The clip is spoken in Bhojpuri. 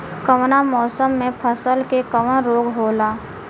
कवना मौसम मे फसल के कवन रोग होला?